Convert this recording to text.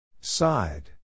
Side